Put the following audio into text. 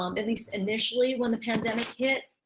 um at least initially when the pandemic hit